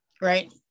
Right